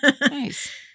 nice